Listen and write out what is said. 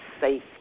safe